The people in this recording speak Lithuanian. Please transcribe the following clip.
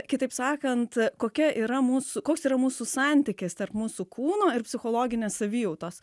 kitaip sakant kokia yra mūsų koks yra mūsų santykis tarp mūsų kūno ir psichologinės savijautos